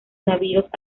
navíos